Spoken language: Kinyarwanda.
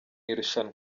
irushanwa